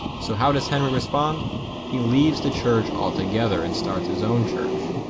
so how does henry respond he leaves the church altogether and starts his own church?